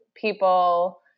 people